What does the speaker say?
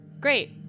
Great